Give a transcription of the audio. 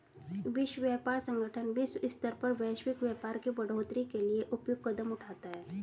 विश्व व्यापार संगठन विश्व स्तर पर वैश्विक व्यापार के बढ़ोतरी के लिए उपयुक्त कदम उठाता है